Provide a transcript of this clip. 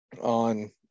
on